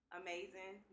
amazing